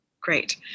great